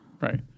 right